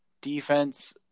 Defense